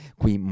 qui